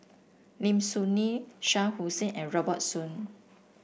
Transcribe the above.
Lim Soo Ngee Shah Hussain and Robert Soon